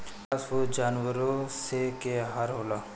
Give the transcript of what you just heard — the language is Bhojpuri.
घास फूस जानवरो स के आहार होला